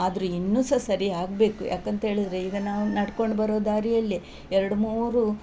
ಆದ್ರು ಇನ್ನು ಸಹ ಸರಿ ಆಗಬೇಕು ಯಾಕೆಂತೇಳಿದ್ರೆ ಈಗ ನಾವು ನಡ್ಕೊಂಡು ಬರೋ ದಾರಿಯಲ್ಲೆ ಎರಡು ಮೂರು